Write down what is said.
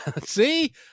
see